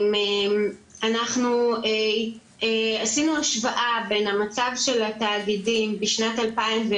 אנחנו עשינו השוואה בין המצב של התאגידים בשנת 2011,